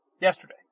yesterday